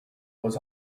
was